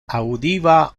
audiva